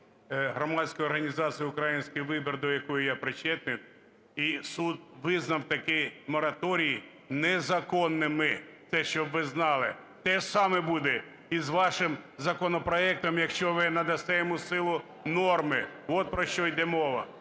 громадською організацією "Український вибір", до якої я причетний, і суд визнав такі мораторії незаконними, це, щоб ви знали. Те саме буде і з вашим законопроектом, якщо ви надасте йому силу норми. От про що йде мова.